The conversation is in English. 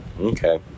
Okay